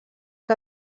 que